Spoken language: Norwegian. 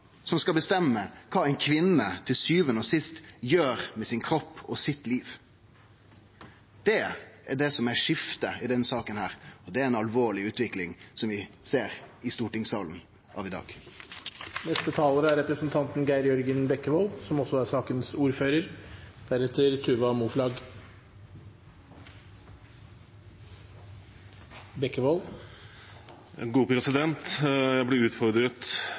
som skal bestemme kva ei kvinne til sjuande og sist gjer med sin kropp og sitt liv. Det er det som er skiftet i denne saka, og det er ei alvorleg utvikling vi ser i stortingssalen i dag. Jeg ble utfordret av representanten Jonas Gahr Støre til å si hva konsekvensene ville blitt hvis man hadde vedtatt Kristelig Folkepartis grunnlovsforslag, som vi har fremmet i